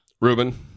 Ruben